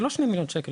זה לא שני מיליון שקל.